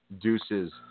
Deuces